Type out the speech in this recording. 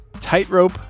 Tightrope